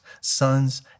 sons